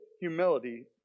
humility